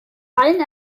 allen